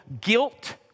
guilt